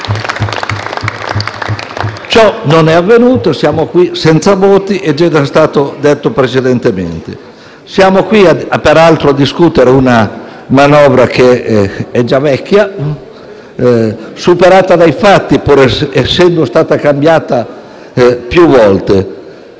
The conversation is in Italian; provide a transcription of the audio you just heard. Ciò non è avvenuto. Siamo qui senza aver votato nulla, come è già stato detto precedentemente. Siamo qui, peraltro, a discutere una manovra già vecchia, superata dai fatti pur essendo stata cambiata più volte.